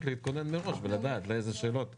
להתכונן מראש ולדעת לאיזה שאלות לענות.